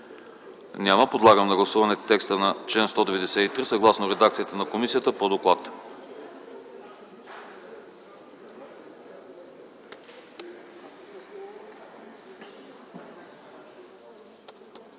Няма. Подлагам на гласуване текста на чл. 195 съгласно редакцията на комисията по доклад.